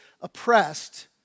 oppressed